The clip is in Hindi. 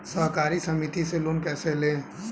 सहकारी समिति से लोन कैसे लें?